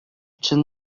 чын